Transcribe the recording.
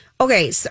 Okay